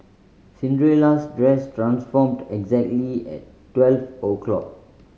Cinderella's dress transformed exactly at twelve o'clock